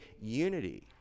unity